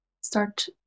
start